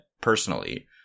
personally